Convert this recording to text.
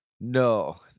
No